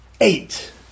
Eight